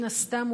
מן הסתם,